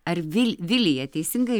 ar vil vilija teisingai